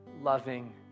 loving